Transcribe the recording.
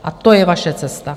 A to je vaše cesta.